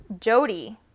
Jody